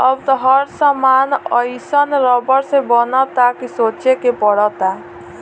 अब त हर सामान एइसन रबड़ से बनता कि सोचे के पड़ता